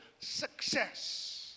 success